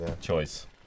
choice